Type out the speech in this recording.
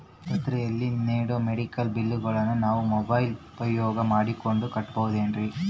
ಆಸ್ಪತ್ರೆಯಲ್ಲಿ ನೇಡೋ ಮೆಡಿಕಲ್ ಬಿಲ್ಲುಗಳನ್ನು ನಾವು ಮೋಬ್ಯೆಲ್ ಉಪಯೋಗ ಮಾಡಿಕೊಂಡು ಕಟ್ಟಬಹುದೇನ್ರಿ?